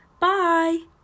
bye